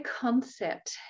concept